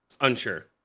Unsure